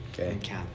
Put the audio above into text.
Okay